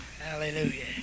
Hallelujah